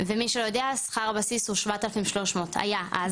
ומי שלא יודע שכר הבסיס הוא 7,300 היה אז.